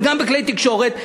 וגם בכלי-תקשורת,